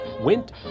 went